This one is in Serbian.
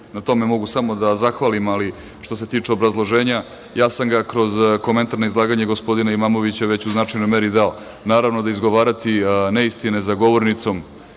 na tome mogu samo da zahvalim, ali što se tiče obrazloženja ja sam ga kroz komentar na izlaganje gospodina Imamovića već u značajnoj meri dao. Naravno da izgovarati neistine za govornicom